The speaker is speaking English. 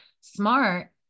Smart